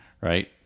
right